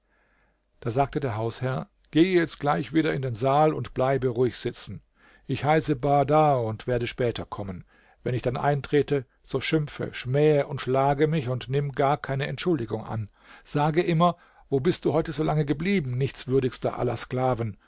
da sage der hausherr gehe jetzt gleich wieder in den saal und bleibe ruhig sitzen ich heiße bahdar und werde später kommen wenn ich dann eintrete so schimpfe schmähe und schlage mich und nimm gar keine entschuldigung an sage immer wo bist du heute so lange geblieben nichtswürdigster aller sklaven